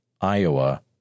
Iowa